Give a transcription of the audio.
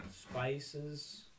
Spices